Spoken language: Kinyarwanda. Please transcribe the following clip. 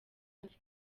hafi